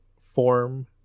form